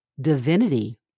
divinity